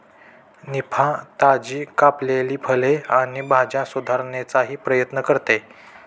निफा, ताजी कापलेली फळे आणि भाज्या सुधारण्याचाही प्रयत्न करते